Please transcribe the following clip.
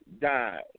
died